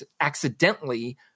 accidentally